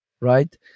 right